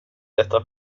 detta